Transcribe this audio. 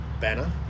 banner